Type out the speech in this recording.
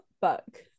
book